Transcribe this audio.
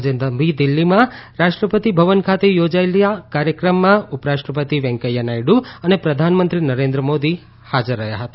આજે નવી દિલ્હીમાં રાષ્ટ્રપતિ ભવન ખાતે યોજાયેલા કાર્યક્રમમાં ઉપરાષ્ટ્રપતિ વેંકૈયા નાયડુ અને પ્રધાનમંત્રી નરેન્દ્ર મોદી હાજર રહ્યાં હતા